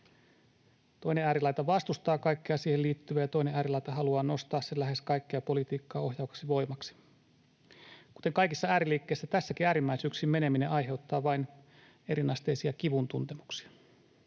toinen äärilaita vastustaa kaikkea siihen liittyvää, ja toinen äärilaita haluaa nostaa sen lähes kaikkea politiikkaa ohjaavaksi voimaksi. Kuten kaikissa ääriliikkeissä, tässäkin äärimmäisyyksiin meneminen aiheuttaa vain eriasteisia kivun tuntemuksia.